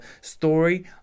story